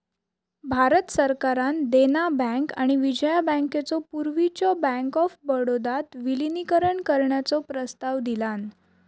भारत सरकारान देना बँक आणि विजया बँकेचो पूर्वीच्यो बँक ऑफ बडोदात विलीनीकरण करण्याचो प्रस्ताव दिलान